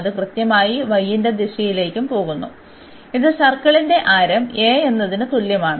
അത് കൃത്യമായി y ന്റെ ദിശയിലേക്കും പോകുന്നു ഇത് സർക്കിളിന്റെ ആരം a എന്നതിന് തുല്യമാണ്